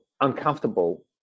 uncomfortable